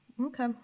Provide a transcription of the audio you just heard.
Okay